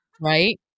right